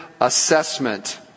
assessment